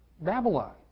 Babylon